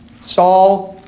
Saul